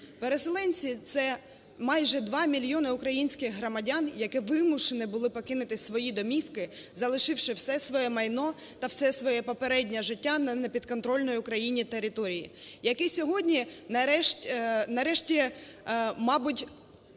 Переселенці – це майже 2 мільйони українських громадян, які вимушені були покинути свої домівки, залишивши все своє майно та все своє попереднє життя на не підконтрольній Україні території, які сьогодні нарешті мабуть,